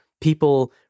people